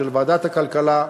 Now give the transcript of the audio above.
של ועדת הכלכלה,